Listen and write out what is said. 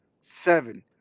seven